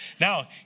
Now